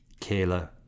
kayla